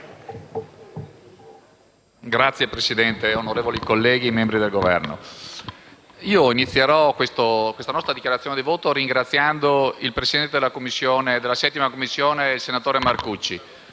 Signor Presidente, onorevoli colleghi, membri del Governo, inizierò la mia dichiarazione di voto ringraziando il presidente della 7a Commissione, senatore Marcucci,